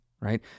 right